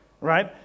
Right